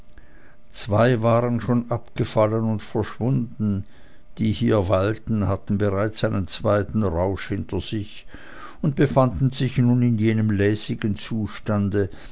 zwei waren schon abgefallen und verschwunden die hier weilten hatten bereits einen zweiten rausch hinter sich und befanden sich nun in jenem lässigen zustande